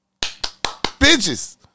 Bitches